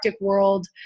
world